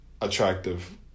attractive